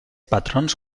patrons